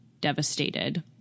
devastated